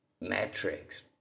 matrix